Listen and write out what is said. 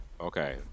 Okay